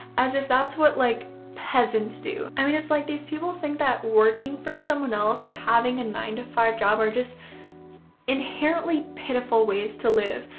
as if that's what like peasants do. i mean it's like these people think that working for someone else or having a nine-to-five job are just inherently pitiful ways to live,